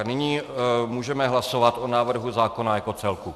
Nyní můžeme hlasovat o návrhu zákona jako celku.